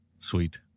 Sweet